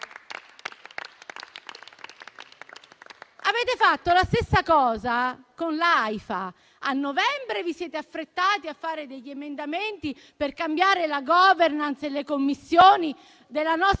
Avete fatto la stessa cosa con l'AIFA. A novembre vi siete affrettati a fare degli emendamenti per cambiare la *governance* e le commissioni della nostra